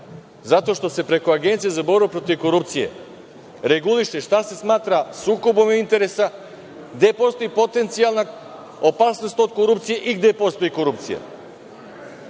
zato što se preko Agencije za borbu protiv korupcije reguliše šta se smatra sukobom interesa, gde postoji potencijalna opasnost od korupcije i gde postoji korupcija. Takođe